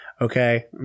Okay